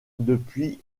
depuis